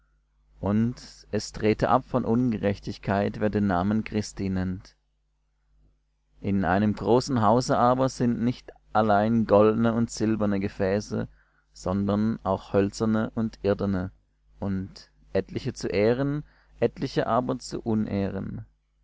und es trete ab von ungerechtigkeit wer den namen christi nennt in einem großen hause aber sind nicht allein goldene und silberne gefäße sondern auch hölzerne und irdene und etliche zu ehren etliche aber zu unehren